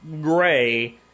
gray